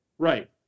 Right